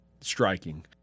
striking